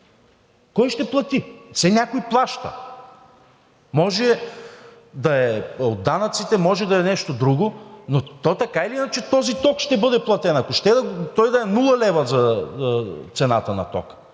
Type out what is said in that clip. Кой ще плати?! Все някой плаща. Може да е от данъците, може да е от нещо друго, но така или иначе този ток ще бъде платен, ако ще за цената на тока